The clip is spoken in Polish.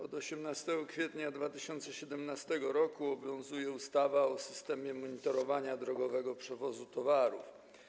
Od 18 kwietnia 2017 r. obowiązuje ustawa o systemie monitorowania drogowego przewozu towarów.